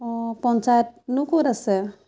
অঁ পঞ্চায়তনো ক'ত আছে